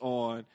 on